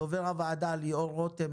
דובר הוועדה ליאור רותם,